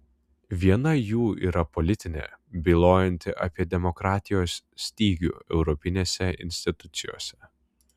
viena jų yra politinė bylojanti apie demokratijos stygių europinėse institucijose